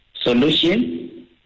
Solution